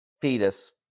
fetus